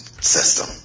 system